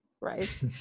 right